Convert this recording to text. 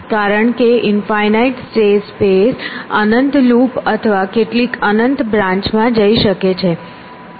કારણ કે infinite state space અનંત લૂપ અથવા કેટલીક અનંત બ્રાંન્ચમાં જઈ શકે છે